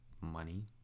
money